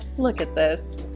look at this.